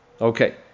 Okay